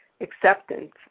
acceptance